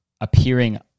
appearing